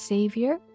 Savior